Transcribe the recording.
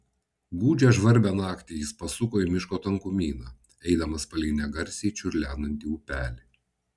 gūdžią žvarbią naktį jis pasuko į miško tankumyną eidamas palei negarsiai čiurlenantį upelį